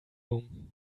room